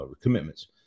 commitments